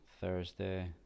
Thursday